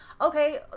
okay